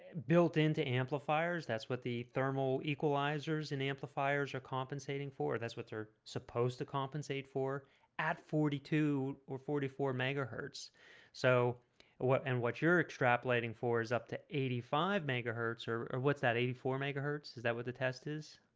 built into amplifiers, that's what the thermal equalizers and amplifiers are compensating for that's what they're supposed to compensate for at forty two or forty four megahertz so what and what you're extrapolating for is up to eighty five megahertz or or what's that eighty four megahertz? is that what the test is?